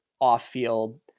off-field